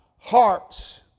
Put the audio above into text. hearts